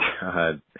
God